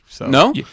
No